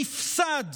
נפסד,